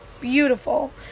beautiful